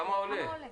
כמה עולה